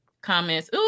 comments